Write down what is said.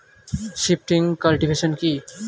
Shifting cultivation কি?